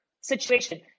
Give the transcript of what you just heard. situation